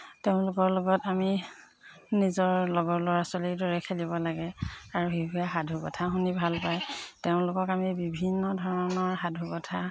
তেওঁলোকৰ লগত আমি নিজৰ লগৰ ল'ৰা ছোৱালীৰ দৰে খেলিব লাগে আৰু শিশুৱে সাধুকথা শুনি ভাল পায় তেওঁলোকক আমি বিভিন্ন ধৰণৰ সাধুকথা